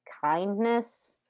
kindness